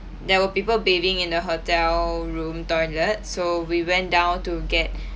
there were people bathing in the hotel room toilet so we went down to get